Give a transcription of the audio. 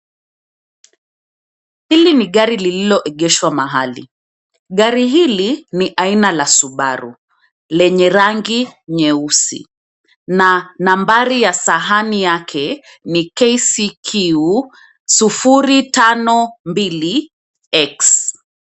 Hili ni gari lililoegeshwa mahali. Gari hili ni aina la Subaru lenye rangi nyeusi na nambari ya sahani yake ni KCQ 052X.